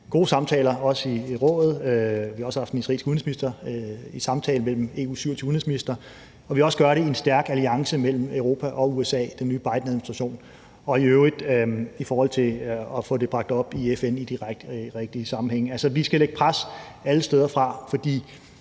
gode samtaler, også i Rådet, og vi har også haft den israelske udenrigsminister i samtale med EU's 27 udenrigsministre – og at vi også gør det i en stærk alliance mellem Europa og USA med den nye Bidenadministration og i øvrigt også får det bragt op i FN i de rigtige sammenhænge. Altså, vi skal lægge pres alle steder fra, for